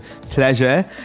pleasure